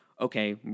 okay